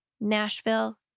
Nashville